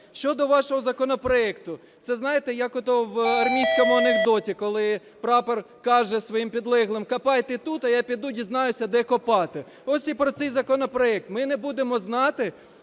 Щодо вашого законопроекту. Це знаєте, як ото в армійському анекдоті, "коли прапор каже своїм підлеглим, копайте тут, а я піду, дізнаюся де копати". Ось і про цей законопроект. Ми не будемо знати